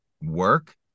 work